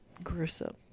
gruesome